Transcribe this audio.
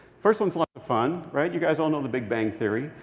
first one is a lot of fun, right? you guys all know the big bang theory.